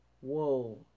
Whoa